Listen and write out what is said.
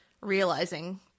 realizing